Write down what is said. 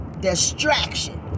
distraction